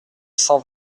cent